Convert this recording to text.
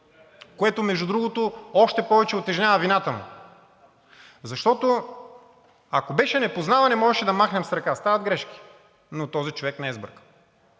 което между другото още повече утежнява вината му. Защото, ако беше непознаване, можеше да махнем с ръка – стават грешки, но този човек не е сбъркал,